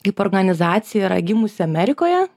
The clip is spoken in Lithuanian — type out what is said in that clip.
kaip organizacija yra gimusi amerikoje